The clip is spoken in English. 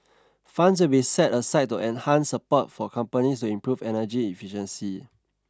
funds will be set aside to enhance support for companies to improve energy efficiency